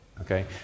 Okay